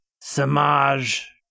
Samaj